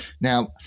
Now